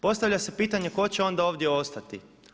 Postavlja se pitanje ko će onda ovdje ostati?